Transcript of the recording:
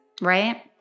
right